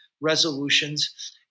resolutions